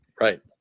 Right